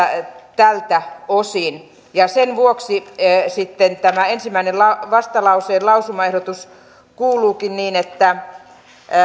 tältä osin sen vuoksi sitten tämä ensimmäinen vastalauseen lausumaehdotus kuuluukin niin että